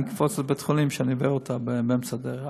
אני אקפוץ לבית-החולים שאני עובר לידו באמצע הדרך.